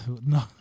no